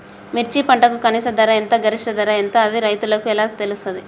మిర్చి పంటకు కనీస ధర ఎంత గరిష్టంగా ధర ఎంత అది రైతులకు ఎలా తెలుస్తది?